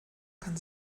kann